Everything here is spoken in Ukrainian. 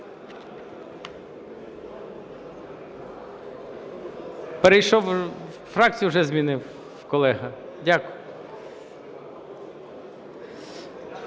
Перейшов, фракцію вже змінив колега? Дякую.